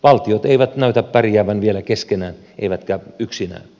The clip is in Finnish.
valtiot eivät näytä pärjäävän vielä keskenään eivätkä yksinään